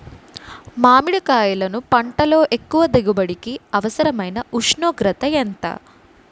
మామిడికాయలును పంటలో ఎక్కువ దిగుబడికి అవసరమైన ఉష్ణోగ్రత ఎంత?